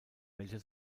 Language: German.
welcher